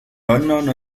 london